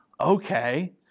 okay